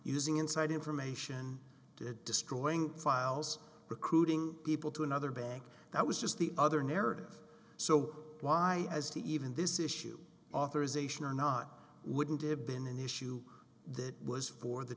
using inside information to destroying files recruiting people to another bank that was just the other narrative so why has to even this issue authorisation or not wouldn't have been an issue that was for the